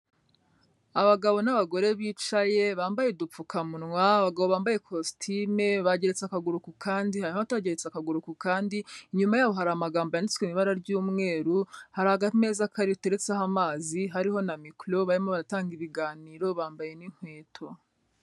Abagabo n'abagore bicaye bambaye udupfukamunwa abagabo bambaye kositimu bageretse akaguru ku kandi harabategetse akaguru ku kandi inyuma yaho hari amagambo yanditswe mu ibara ry'umweru hari akameza gateretseho amazi hariho na micoro barimo baratanga ibiganiro bambaye n'inkweto.